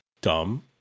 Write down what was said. dumb